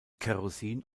kerosin